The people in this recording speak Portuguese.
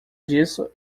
disso